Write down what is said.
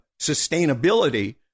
sustainability